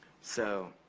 so,